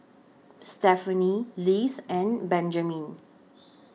Stephany Liz and Benjamine